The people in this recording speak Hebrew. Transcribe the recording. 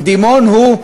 הקדימון הוא,